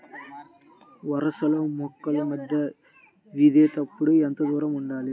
వరసలలో మొక్కల మధ్య విత్తేప్పుడు ఎంతదూరం ఉండాలి?